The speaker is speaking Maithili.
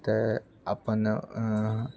तऽ अपन